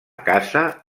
casa